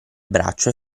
braccio